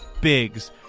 Biggs